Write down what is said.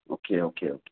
okay okay okay